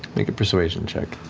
make a persuasion check.